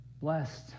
blessed